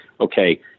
okay